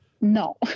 no